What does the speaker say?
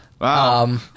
Wow